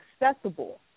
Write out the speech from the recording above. accessible